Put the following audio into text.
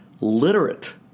literate